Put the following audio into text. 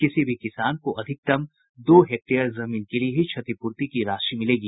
किसी भी किसान को अधिकतम दो हेक्टेयर जमीन के लिए ही क्षतिपूर्ति की राशि मिलेगी